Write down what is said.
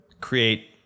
create